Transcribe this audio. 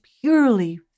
purely